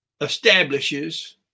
establishes